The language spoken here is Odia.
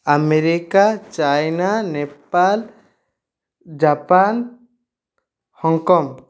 America China Nepal Japan Hong Kong